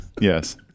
yes